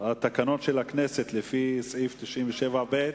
התקנות של הכנסת, לפי סעיף 97ב,